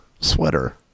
sweater